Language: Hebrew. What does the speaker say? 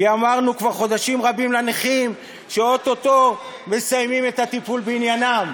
כי אמרנו כבר חודשים רבים לנכים שאוטוטו מסיימים את הטיפול בעניינם,